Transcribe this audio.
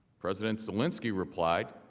president zelensky replied,